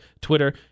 Twitter